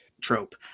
trope